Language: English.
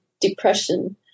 depression